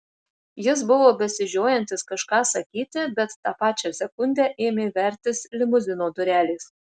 jis buvo besižiojantis kažką sakyti bet tą pačią sekundę ėmė vertis limuzino durelės